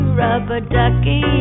rubber-ducky